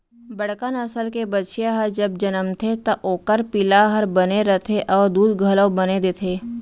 बड़का नसल के बछिया ह जब जनमथे त ओकर पिला हर बने रथे अउ दूद घलौ बने देथे